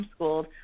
homeschooled